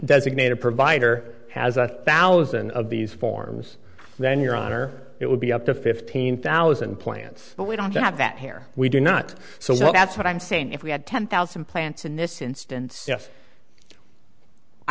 designated provider has a thousand of these forms then your honor it would be up to fifteen thousand plants but we don't have that here we do not so that's what i'm saying if we had ten thousand plants in this instance yes i